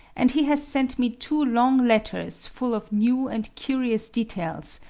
and he has sent me two long letters full of new and curious details,